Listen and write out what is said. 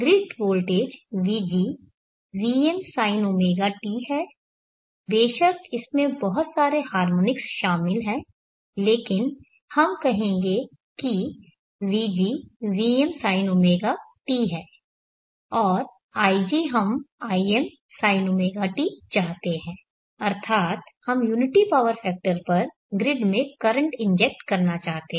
grid voltage vg vmsinωt है बेशक इसमें बहुत सारे हार्मोनिक्स शामिल हैं लेकिन हम कहेंगें कि vg vm sinωt है और ig हम imsinωt चाहते हैं अर्थात् हम यूनिटी पावर फैक्टर पर ग्रिड में करंट इंजेक्ट करना चाहते हैं